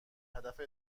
هدف